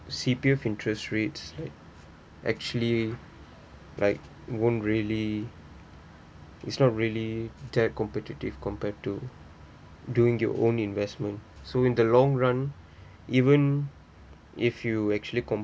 C_P_F interest rates actually like won't really it's not really that competitive compared to doing your own investment so in the long run even if you actually